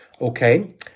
Okay